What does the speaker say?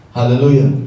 Hallelujah